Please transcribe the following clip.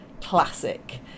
classic